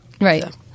right